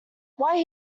why